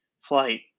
flight